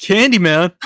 Candyman